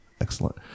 Excellent